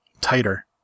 tighter